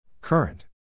Current